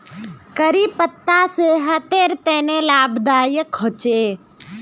करी पत्ता सेहटर तने लाभदायक होचे